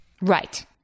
Right